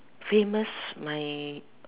famous my